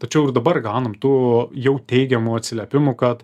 tačiau ir dabar gaunam tų jau teigiamų atsiliepimų kad